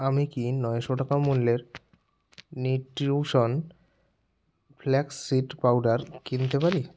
আমি কি নশো টাকা মূল্যের নিউট্রিউশন ফ্ল্যাক্স সীড পাউডার কিনতে পারি